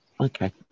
Okay